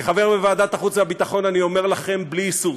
כחבר בוועדת החוץ והביטחון אני אומר לכם בלי היסוס